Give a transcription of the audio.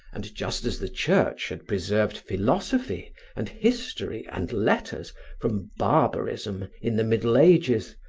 and just as the church had preserved philosophy and history and letters from barbarism in the middle ages,